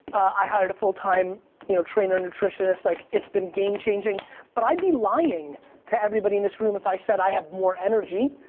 i hired a full time you know trainer nutritionist, like its been game changing but i'd be lying to everybody in this room if i said i have more energy.